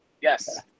Yes